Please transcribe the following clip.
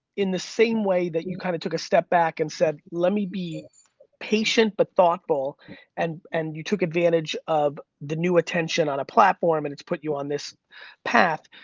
in the same way that you kind of took a step back and said, let me be patient but thoughtful and and you took advantage of the new attention on a platform, and it's put you on this path,